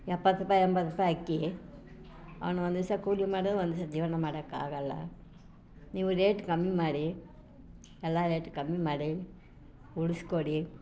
ಎಪ್ಪತ್ತು ರೂಪಾಯಿ ಎಂಬತ್ತು ರೂಪಾಯಿ ಅಕ್ಕಿ ಅವ್ನು ಒಂದು ದಿವಸ ಕೂಲಿ ಮಾಡಿದ್ರು ಒಂದು ದಿವಸ ಜೀವನ ಮಾಡೋಕ್ಕಾಗಲ್ಲ ನೀವು ರೇಟ್ ಕಮ್ಮಿ ಮಾಡಿ ಎಲ್ಲ ರೇಟ್ ಕಮ್ಮಿ ಮಾಡಿ ಉಳಿಸ್ಕೊಡಿ